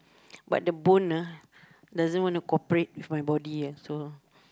but the bone ah doesn't want to cooperate with my body ah so